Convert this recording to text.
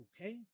okay